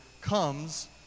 comes